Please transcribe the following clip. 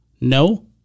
No